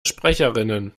sprecherinnen